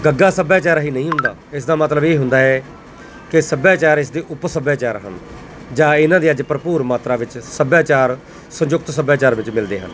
ਗੱਗਾ ਸੱਭਿਆਚਾਰ ਹੀ ਨਹੀਂ ਹੁੰਦਾ ਇਸ ਦਾ ਮਤਲਬ ਇਹ ਹੁੰਦਾ ਹੈ ਕਿ ਸੱਭਿਆਚਾਰ ਇਸ ਦੇ ਉਪ ਸੱਭਿਆਚਾਰ ਹਨ ਜਾਂ ਇਹਨਾਂ ਦੀ ਅੱਜ ਭਰਪੂਰ ਮਾਤਰਾ ਵਿੱਚ ਸੱਭਿਆਚਾਰ ਸੰਯੁਕਤ ਸੱਭਿਆਚਾਰ ਵਿੱਚ ਮਿਲਦੇ ਹਨ